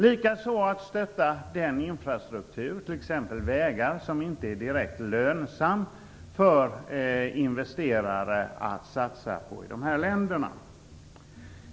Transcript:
Likaså är det viktigt att stötta den infrastruktur, t.ex. vägar, som inte är direkt lönsam för investerare att satsa på i dessa länder.